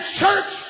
church